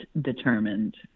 determined